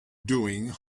doing